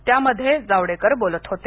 त्यामध्ये जावडेकर बोलत होते